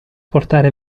portare